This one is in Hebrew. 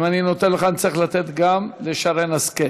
אם אני נותן לך אני צריך לתת גם לחברת הכנסת שרן השכל.